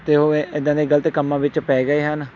ਅਤੇ ਉਹ ਇਹ ਇੱਦਾਂ ਦੇ ਗਲਤ ਕੰਮਾਂ ਵਿੱਚ ਪੈ ਗਏ ਹਨ